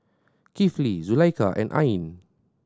Kifli Zulaikha and Ain